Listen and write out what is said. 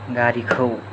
गारिखौ